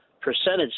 percentage